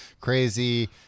crazy